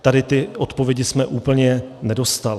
Tady ty odpovědi jsme úplně nedostali.